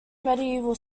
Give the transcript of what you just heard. medieval